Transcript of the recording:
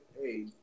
hey